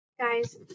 Guys